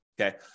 Okay